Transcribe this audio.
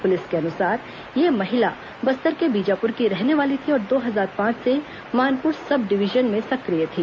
police के अनुसार यह महिला बस्तर के बीजापुर की रहने वाली थी और दो हजार पांच से मानपुर सब डिवीजन में सक्रिय थी